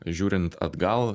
žiūrint atgal